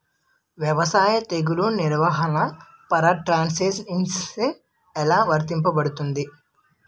వ్యవసాయ తెగుళ్ల నిర్వహణలో పారాట్రాన్స్జెనిసిస్ఎ లా వర్తించబడుతుంది?